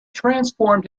transformed